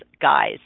guys